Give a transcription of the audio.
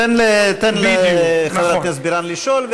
תן לחברת הכנסת בירן לשאול,